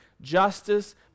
justice